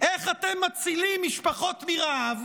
איך אתם מצילים משפחות מרעב,